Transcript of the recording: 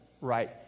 right